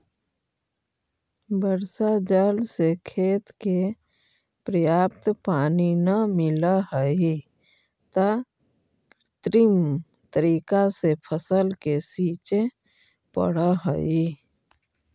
वर्षा जल से खेत के पर्याप्त पानी न मिलऽ हइ, त कृत्रिम तरीका से फसल के सींचे पड़ऽ हइ